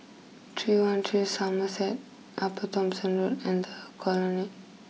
three one three Somerset Upper Thomson Road and the Colonnade